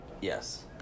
Yes